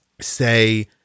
say